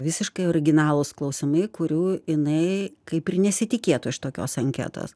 visiškai originalūs klausimai kurių jinai kaip ir nesitikėtų iš tokios anketos